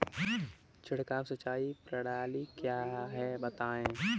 छिड़काव सिंचाई प्रणाली क्या है बताएँ?